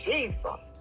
Jesus